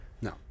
no